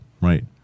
right